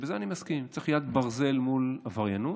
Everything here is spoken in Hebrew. ובזה אני מסכים: צריך יד ברזל מול עבריינות,